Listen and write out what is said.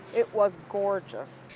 it was gorgeous!